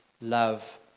love